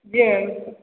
जी